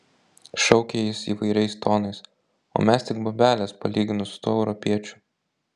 šaukė jis įvairiais tonais o mes tik bobelės palyginus su tuo europiečiu